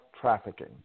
trafficking